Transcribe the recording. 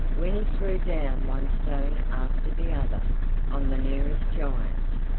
when he threw down one stone after the other on the nearest giant.